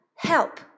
Help